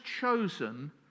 chosen